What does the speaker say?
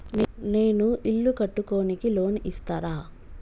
నేను ఇల్లు కట్టుకోనికి లోన్ ఇస్తరా?